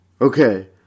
Okay